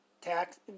tax